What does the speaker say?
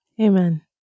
Amen